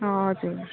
हजुर